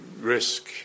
risk